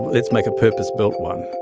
let's make a purpose-built one.